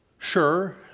Sure